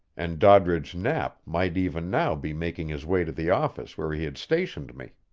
and doddridge knapp might even now be making his way to the office where he had stationed me.